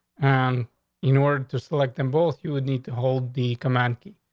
and in order to select them both, you would need to hold the command